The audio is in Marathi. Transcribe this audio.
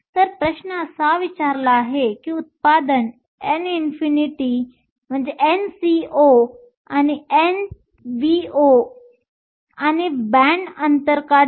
तर प्रश्न असा विचारला आहे की उत्पादन Nco Nvo आणि बँड अंतर काढणे